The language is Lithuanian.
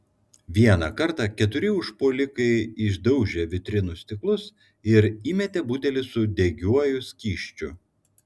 vieną kartą keturi užpuolikai išdaužė vitrinų stiklus ir įmetė butelį su degiuoju skysčiu